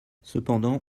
cependant